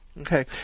Okay